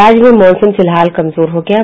राज्य में मॉनसून फिलहाल कमजोर हो गया है